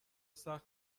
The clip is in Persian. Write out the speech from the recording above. سخت